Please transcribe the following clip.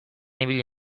ibili